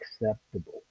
acceptable